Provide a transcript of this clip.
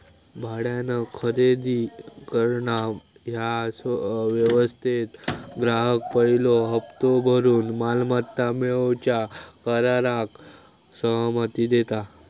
भाड्यान खरेदी करणा ह्या व्यवस्थेत ग्राहक पयलो हप्तो भरून मालमत्ता मिळवूच्या कराराक सहमती देता